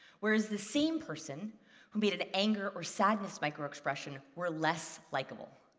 whereas the same persons who baited the anger or sadness microexpression were less likeable.